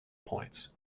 points